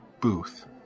booth